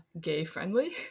gay-friendly